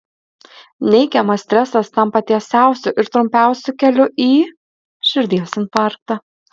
neigiamas stresas tampa tiesiausiu ir trumpiausiu keliu į širdies infarktą